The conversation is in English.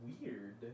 weird